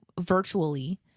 virtually